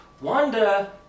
Wanda